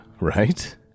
Right